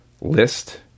list